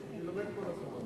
אני לומד כל הזמן.